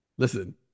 Listen